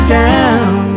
down